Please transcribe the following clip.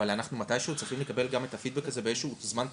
אבל אנחנו מתישהו צריכים לקבל גם את הפידבק הזה באיזשהו זמן תחום.